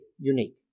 unique